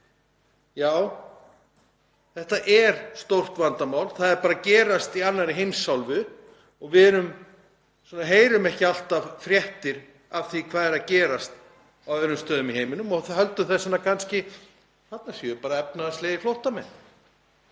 Já, þetta er stórt vandamál, það er bara að gerast í annarri heimsálfu og við heyrum ekki alltaf fréttir af því hvað er að gerast á öðrum stöðum í heiminum og höldum þess vegna kannski að þarna séu bara efnahagslegir flóttamenn.